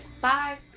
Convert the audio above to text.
Bye